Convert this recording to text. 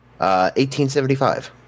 1875